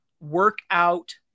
Workout